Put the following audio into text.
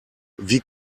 wie